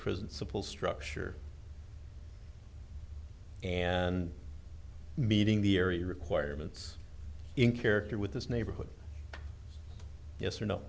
simple structure and meeting the area requirements in character with this neighborhood yes or no